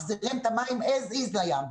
מחזירים את המים as is לים.